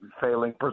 failing